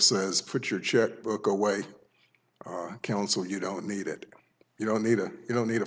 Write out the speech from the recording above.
says put your checkbook away counsel you don't need it you don't need a you don't need a